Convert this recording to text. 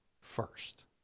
first